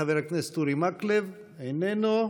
חבר הכנסת אורי מקלב, איננו.